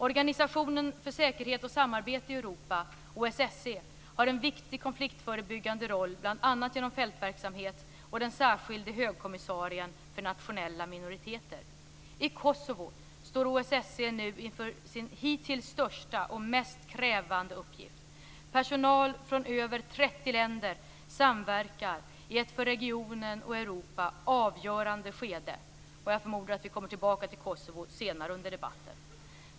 Organisationen för säkerhet och samarbete i Europa - OSSE - har en viktig konfliktförebyggande roll bl.a. genom fältverksamhet och den särskilde högkommissarien för nationella minoriteter. I Kosovo står OSSE nu inför sin hittills största och mest krävande uppgift. Personal från över 30 länder samverkar i ett för regionen och Europa avgörande skede. Jag förmodar att vi kommer tillbaka till Kosovo senare under debatten.